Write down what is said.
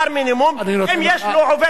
אם יש לו עובד חינם?